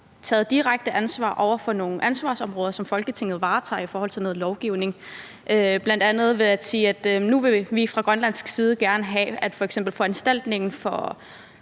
taget direkte ansvar over for nogle ansvarsområder, som Folketinget varetager i forhold til noget lovgivning, bl.a. ved at sige: Nu vil vi fra Grønlands side gerne have i forhold til f.eks. foranstaltningen for